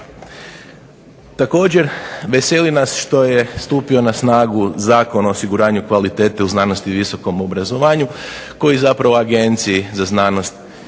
Također, veseli nas što je stupio na snagu Zakon o osiguranju kvalitete u znanosti i visokom obrazovanju koji zapravo Agenciji za znanost